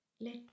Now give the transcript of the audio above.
Let